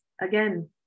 again